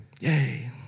yay